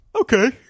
okay